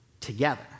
together